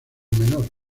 menor